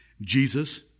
Jesus